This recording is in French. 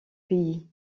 pays